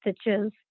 stitches